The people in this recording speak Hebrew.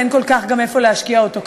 אין כל כך איפה להשקיע אותו כיום.